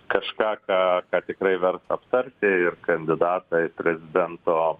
kažką ką tikrai verta aptarti ir kandidatą į prezidento